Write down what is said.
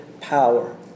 power